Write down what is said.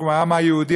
כמו העם היהודי,